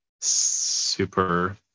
super